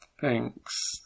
Thanks